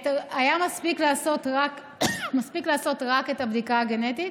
מספיק לעשות רק את הבדיקה הגנטית